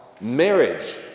Marriage